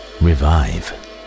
revive